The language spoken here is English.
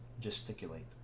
gesticulate